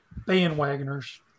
bandwagoner's